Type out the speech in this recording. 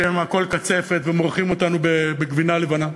שהם הכול קצפת ומורחים אותנו בגבינה לבנה.